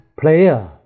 player